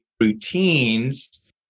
routines